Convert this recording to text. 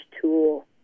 tool